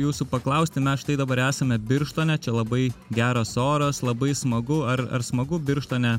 jūsų paklausti mes štai dabar esame birštone čia labai geras oras labai smagu ar ar smagu birštone